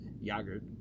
Yogurt